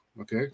okay